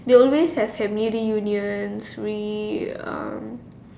they always have family reunions we um